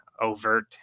overt